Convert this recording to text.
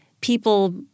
people